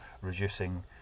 reducing